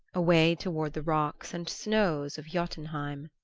away toward the rocks and snows of jotunheim.